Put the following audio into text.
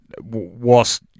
whilst